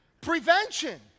prevention